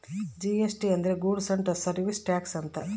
GST ಅಂದ್ರ goods and service tax ಅಂತ